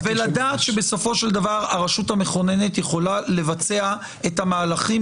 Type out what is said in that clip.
ולדעת שבסופו של דבר הרשות המכוננת יכולה לבצע את המהלכים